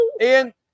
Ian